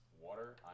Water